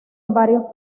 varios